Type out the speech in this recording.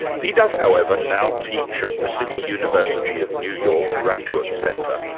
he does, however, now teach at the city university of new york graduate center,